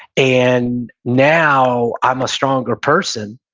and now, i'm a stronger person,